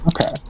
Okay